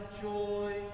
joy